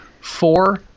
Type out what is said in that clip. four